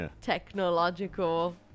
technological